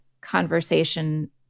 conversation